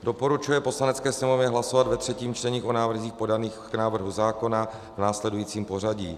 Doporučuje Poslanecké sněmovně hlasovat ve třetím čtení o návrzích podaných k návrhu zákona v následujícím pořadí: